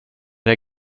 det